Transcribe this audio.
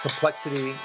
Complexity